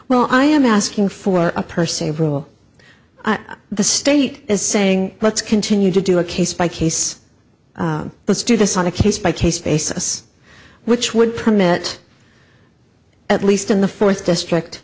well i am asking for a person able the state is saying let's continue to do a case by case let's do this on a case by case basis which would permit at least in the fourth district